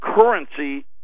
currency